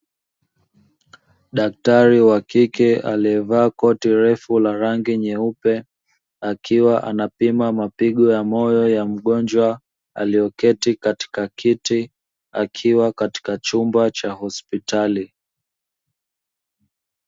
Daktari wa kike aliyevaa koti refu la rangi nyeupe, akiwa anapima mapigo ya moyo ya mgonjwa aliyeketi katika kiti, akiwa katika chumba cha hospitali.